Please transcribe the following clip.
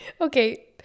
Okay